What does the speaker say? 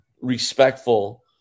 respectful